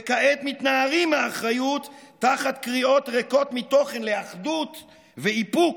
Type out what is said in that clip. וכעת מתנערים מאחריות תחת קריאות ריקות מתוכן לאחדות ואיפוק.